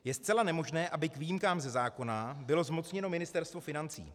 Je zcela nemožné, aby k výjimkám ze zákona bylo zmocněno Ministerstvo financí.